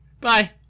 Bye